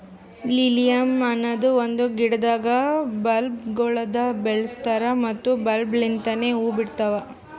lilium ಅನದ್ ಒಂದು ಗಿಡದಾಗ್ ಬಲ್ಬ್ ಗೊಳಿಂದ್ ಬೆಳಸ್ತಾರ್ ಮತ್ತ ಬಲ್ಬ್ ಲಿಂತನೆ ಹೂವು ಬಿಡ್ತಾವ್